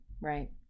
Right